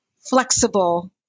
flexible